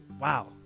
wow